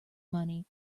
money